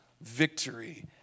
victory